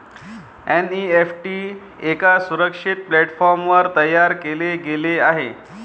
NEFT एका सुरक्षित प्लॅटफॉर्मवर तयार केले गेले आहे